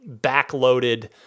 backloaded